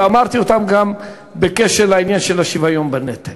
ואמרתי אותם גם בקשר לעניין של השוויון בנטל.